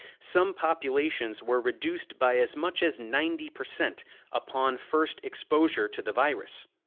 some populations were reduced by as much as ninety percent upon first exposure to the virus.